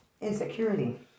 insecurity